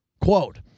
Quote